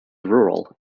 rural